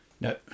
No